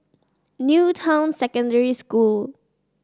New Town Secondary School